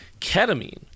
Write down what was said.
Ketamine